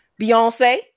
Beyonce